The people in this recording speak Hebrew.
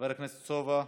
חבר הכנסת סובה,